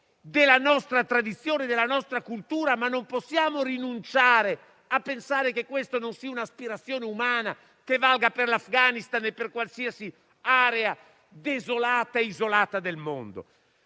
della nostra tradizione e della nostra cultura. Ma non possiamo rinunciare a pensare che questa non sia un'aspirazione umana che valga per l'Afghanistan come per qualsiasi area desolata e isolata del mondo.